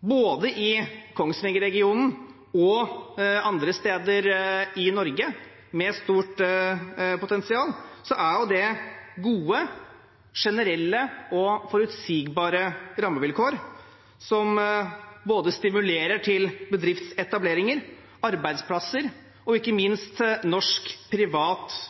både i Kongsvinger-regionen og andre steder i Norge med stort potensial er gode, generelle og forutsigbare rammevilkår, som både stimulerer til bedriftsetableringer, arbeidsplasser og ikke minst til norsk, privat